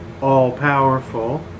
all-powerful